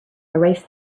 erased